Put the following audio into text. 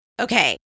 Okay